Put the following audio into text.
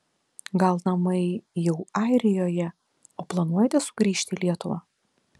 gal namai jau airijoje o planuojate sugrįžti į lietuvą